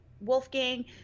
Wolfgang